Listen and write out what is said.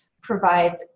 provide